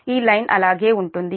ఈ లైన్ అలాగే ఉంటుంది